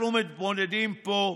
אנחנו מתמודדים פה,